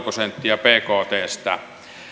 prosenttia bktstä